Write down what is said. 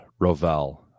Rovell